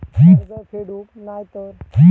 कर्ज फेडूक नाय तर?